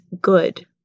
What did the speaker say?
good